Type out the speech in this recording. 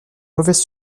mauvaise